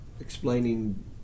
explaining